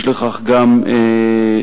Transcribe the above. יש לכך גם מקור